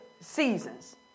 seasons